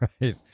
right